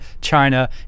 China